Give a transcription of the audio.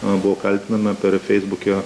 abu kaltinami per feisbuke